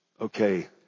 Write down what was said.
Okay